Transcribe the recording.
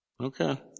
Okay